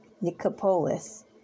Nicopolis